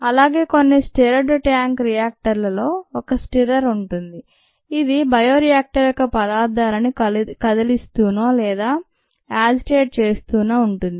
అలాగే అన్ని stirred tank రియాక్టర్లలో ఒక స్టిర్రర్ ఉటుంది ఇది బయో రియాక్టర్ యొక్క పదార్థాలని కదిలిస్తూనో లేదా యాజిటేట్ చేస్తూనో ఉంటుంది